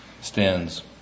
stands